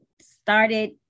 started